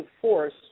force